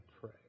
pray